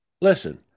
Listen